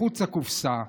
מחוץ לקופסה.